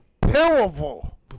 powerful